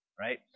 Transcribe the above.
right